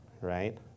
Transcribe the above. right